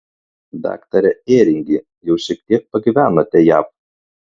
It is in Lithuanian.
daktare ėringi jau šiek tiek pagyvenote jav